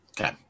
Okay